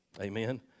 Amen